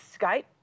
Skype